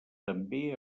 també